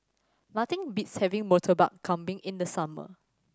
nothing beats having Murtabak Kambing in the summer